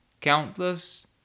countless